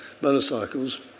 Motorcycles